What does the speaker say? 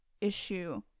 issue